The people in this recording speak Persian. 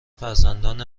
فرزندان